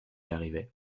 arrivait